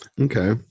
Okay